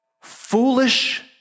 Foolish